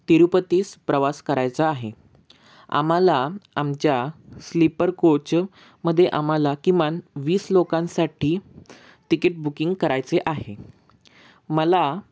तिरुपतीस प्रवास करायचा आहे आम्हाला आमच्या स्लीपर कोच मध्ये आम्हाला किमान वीस लोकांसाठी तिकीट बुकिंग करायचे आहे मला